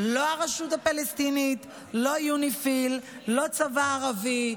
לא הרשות הפלסטינית, לא יוניפי"ל, לא צבא ערבי,